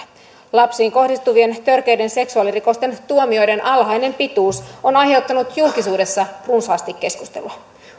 lapsiin kohdistuvien törkeiden seksuaalirikosten tuomioiden alhainen pituus on aiheuttanut julkisuudessa runsaasti keskustelua